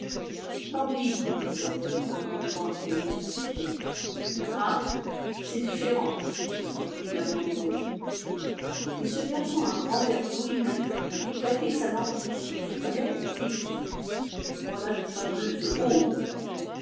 tant pis dit la veuve en enlevant elle-même la bouteille ah c'est différent reprit l'amant de la louve et se versant un grand verre d'eau il le but fit claquer sa langue contre son palais et dit voilà de fameuse eau